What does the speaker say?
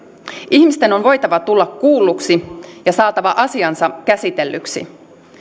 ihmisten on voitava tulla kuulluiksi ja saatava asiansa käsitellyksi